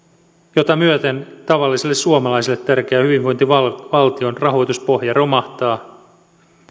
minkä myötä tavalliselle suomalaiselle tärkeä hyvinvointivaltion rahoituspohja romahtaa